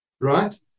right